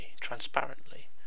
transparently